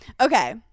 okay